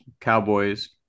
Cowboys